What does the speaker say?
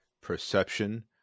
perception